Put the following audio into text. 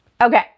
Okay